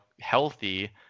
healthy